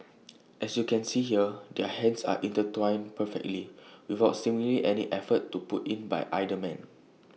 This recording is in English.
as you can see here their hands are intertwined perfectly without seemingly any effort to put in by either man